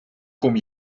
kom